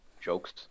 jokes